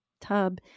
tub